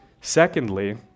Secondly